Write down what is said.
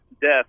death